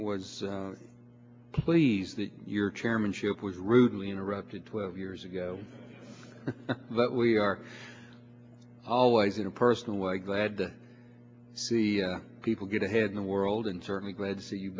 s pleased that your chairmanship was rudely interrupted twelve years ago but we are always in a personal way glad to see people get ahead in the world and certainly glad to see you